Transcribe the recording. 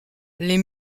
les